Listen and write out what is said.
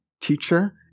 teacher